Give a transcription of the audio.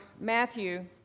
Matthew